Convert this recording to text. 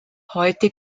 heute